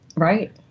Right